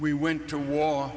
we went to war